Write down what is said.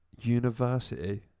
university